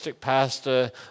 Pastor